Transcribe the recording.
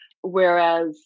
Whereas